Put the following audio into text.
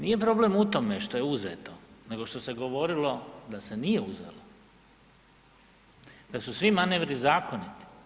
Nije problem u tome što je uzeto nego što se govorilo da se nije uzelo, da su svi manevri zakoniti.